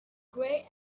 grey